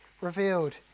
revealed